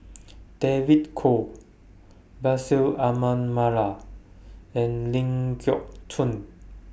David Kwo Bashir Ahmad Mallal and Ling Geok Choon